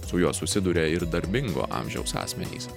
su juo susiduria ir darbingo amžiaus asmenys